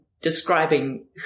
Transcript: describing